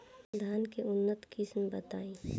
धान के उन्नत किस्म बताई?